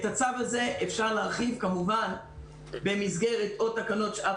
את הצו הזה אפשר להרחיב כמובן במסגרת תקנות שעת